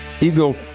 Eagle